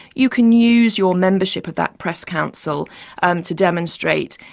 you can use your membership of that press council and to demonstrate,